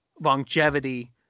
longevity